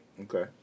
Okay